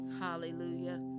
Hallelujah